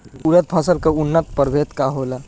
उरद फसल के उन्नत प्रभेद का होला?